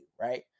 right